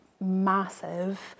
massive